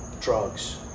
Drugs